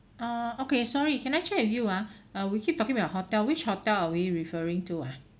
oh okay sorry can I check with you ah uh we keep talking about hotel which hotel are we referring to ah